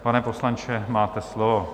Pane poslanče, máte slovo.